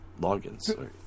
logins